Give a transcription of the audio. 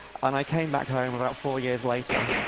and i came back home about four years later.